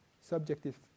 subjective